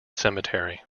cemetery